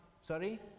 sorry